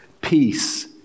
peace